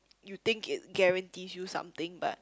you think it guarantee you something but